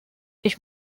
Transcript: ich